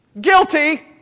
Guilty